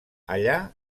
allà